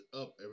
up